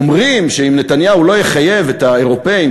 אומרים שאם נתניהו לא יחייב את האירופים,